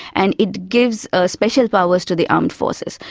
and it gives ah special powers to the armed forces.